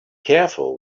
careful